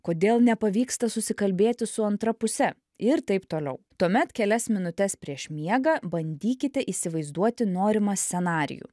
kodėl nepavyksta susikalbėti su antra puse ir taip toliau tuomet kelias minutes prieš miegą bandykite įsivaizduoti norimą scenarijų